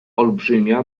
olbrzymia